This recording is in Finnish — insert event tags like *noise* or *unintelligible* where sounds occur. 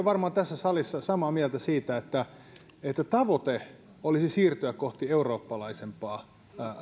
*unintelligible* varmaan tässä salissa samaa mieltä siitä että että tavoite olisi siirtyä kohti eurooppalaisempaa